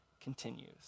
continues